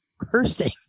cursing